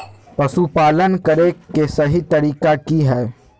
पशुपालन करें के सही तरीका की हय?